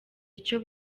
icyo